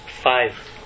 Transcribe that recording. five